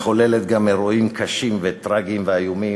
מחוללת גם אירועים קשים וטרגיים ואיומים.